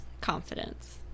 confidence